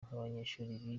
nk’abanyeshuri